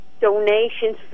donations